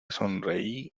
sonreí